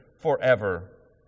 forever